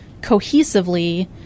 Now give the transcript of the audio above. cohesively